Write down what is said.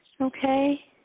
okay